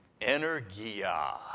Energia